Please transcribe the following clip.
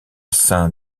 saint